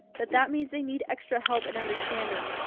but that means they need extra help and understanding.